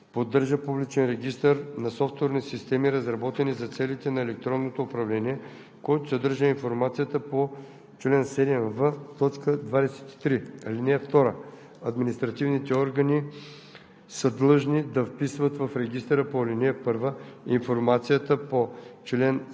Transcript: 7т. (1) Председателят на агенцията създава, води и поддържа публичен регистър на софтуерни системи, разработени за целите на електронното управление, който съдържа информацията по чл. 7в, т. 23. (2) Административните органи